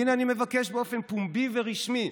הינה, אני מבקש באופן פומבי ורשמי.